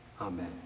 Amen